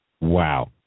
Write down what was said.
Wow